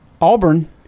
Auburn